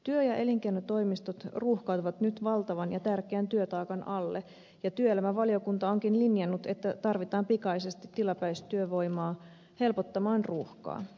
työ ja elinkeinotoimistot ruuhkautuvat nyt valtavan ja tärkeän työtaakan alle ja työelämävaliokunta onkin linjannut että tarvitaan pikaisesti tilapäistyövoimaa helpottamaan ruuhkaa